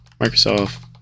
microsoft